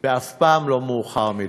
ואף פעם לא מאוחר מדי.